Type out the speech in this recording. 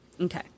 Okay